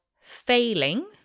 failing